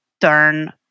turn